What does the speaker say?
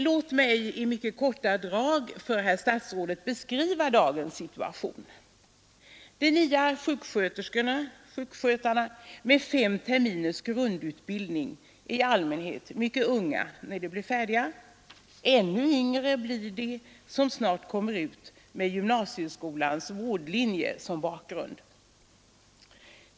Låt mig i mycket korta drag för herr statsrådet beskriva dagens situation! De nya sjuksköterskorna respektive sjukskötarna med fem terminers grundutbildning är i allmänhet mycket unga när de blir färdiga. Ännu yngre blir de som snart kommer ut med gymnasieskolans vårdlinje som bakgrund.